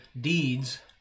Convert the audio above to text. deeds